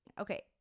Okay